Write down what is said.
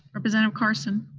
representative carson?